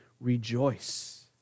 rejoice